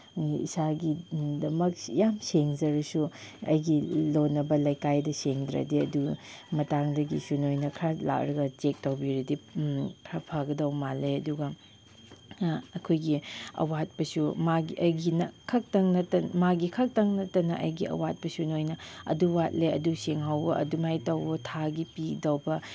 ꯏꯁꯥꯒꯤ ꯗꯃꯛ ꯌꯥꯝ ꯁꯦꯡꯖꯔꯁꯨ ꯑꯩꯒꯤ ꯂꯣꯟꯅꯕ ꯂꯩꯀꯥꯏꯗ ꯁꯦꯡꯗ꯭ꯔꯗꯤ ꯑꯗꯨ ꯃꯇꯥꯡꯗꯒꯤꯁꯨ ꯅꯣꯏꯅ ꯈꯔ ꯂꯥꯛꯂꯒ ꯆꯦꯛ ꯇꯧꯕꯤꯔꯗꯤ ꯈꯔ ꯐꯒꯗꯧ ꯃꯥꯜꯂꯦ ꯑꯗꯨꯒ ꯑꯩꯈꯣꯏꯒꯤ ꯑꯋꯥꯠꯄꯁꯨ ꯃꯥꯒꯤ ꯑꯩꯒꯤ ꯃꯥꯒꯤ ꯈꯛꯇꯪ ꯅꯠꯇꯅ ꯑꯩꯒꯤ ꯑꯋꯥꯠꯄꯁꯨ ꯅꯣꯏꯅ ꯑꯗꯨ ꯋꯥꯠꯂꯦ ꯑꯗꯨ ꯁꯦꯡꯍꯧꯋꯣ ꯑꯗꯨꯃꯥꯏꯅ ꯇꯧꯋꯣ ꯊꯥꯒꯤ ꯄꯤꯗꯧꯕ